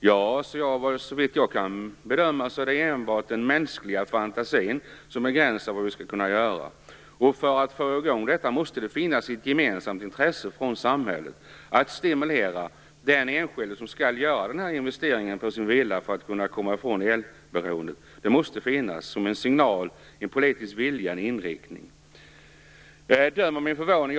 Ja, svarade jag, såvitt jag kan bedöma är det enbart den mänskliga fantasin som sätter begränsningar. För att få i gång detta måste det finnas ett intresse från samhället att stimulera den enskilde till att göra denna investering för att komma ifrån elberoendet. Det måste finnas en politisk vilja, en signal och en inriktning.